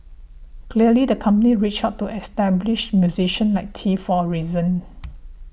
clearly the company reached out to established musicians like Tee for a reason